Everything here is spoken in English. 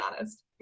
honest